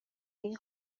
این